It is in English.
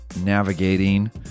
navigating